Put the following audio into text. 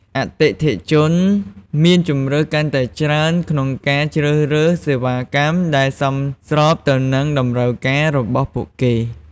អតិថិជនមានជម្រើសកាន់តែច្រើនក្នុងការជ្រើសរើសសេវាកម្មដែលសមស្របទៅនឹងតម្រូវការរបស់ពួកគេ។